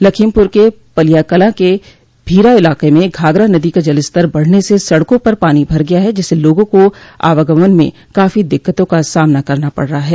लखीमपुर के पलियाकलां के भीरा इलाके में घाघरा नदी का जलस्तर बढ़ने से सड़कों पर पानी भर गया है जिससे लोगों को आवागमन में काफी दिक्कतों का सामना करना पड़ रहा है